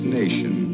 nation